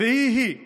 והיא-היא